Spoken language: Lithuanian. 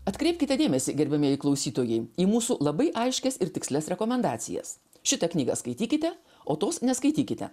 atkreipkite dėmesį gerbiamieji klausytojai į mūsų labai aiškias ir tikslias rekomendacijas šitą knygą skaitykite o tos neskaitykite